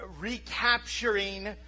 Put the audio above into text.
recapturing